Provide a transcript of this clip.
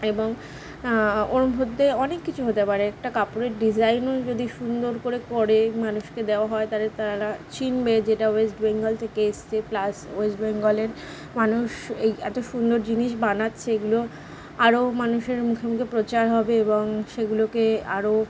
এবং ওর মধ্যে অনেক কিছু হতে পারে একটা কাপড়ের ডিজাইনও যদি সুন্দর করে করে মানুষকে দেওয়া হয় তাহলে তারা চিনবে যে এটা ওয়েস্ট বেঙ্গল থেকে এসছে প্লাস ওয়েস্ট বেঙ্গলের মানুষ এই এত সুন্দর জিনিস বানাচ্ছে এগুলো আরো মানুষের মুখে মুখে প্রচার হবে এবং সেগুলোকে আরো